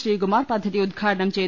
ശ്രീകുമാർ പദ്ധതി ഉദ്ഘാടനം ചെയ്തു